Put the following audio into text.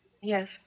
Yes